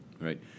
Right